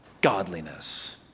godliness